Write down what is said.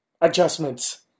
adjustments